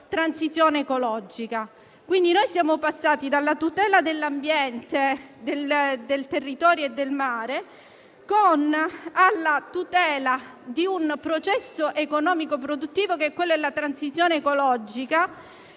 transizione ecologica. Siamo passati dalla tutela dell'ambiente, del territorio e del mare alla tutela di un processo economico e produttivo, contemplato nella transizione ecologica,